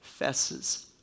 fesses